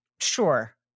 Sure